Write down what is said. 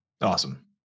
Awesome